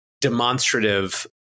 demonstrative